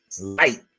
light